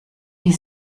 die